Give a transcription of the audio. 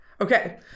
okay